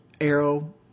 arrow